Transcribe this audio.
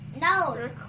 No